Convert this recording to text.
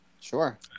sure